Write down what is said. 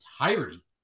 entirety